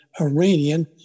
Iranian